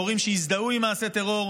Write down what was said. מורים שהזדהו עם מעשי טרור.